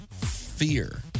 fear